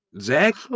Zach